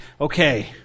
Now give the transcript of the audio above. okay